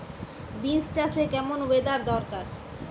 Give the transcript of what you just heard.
Beans চাষে কেমন weather দরকার?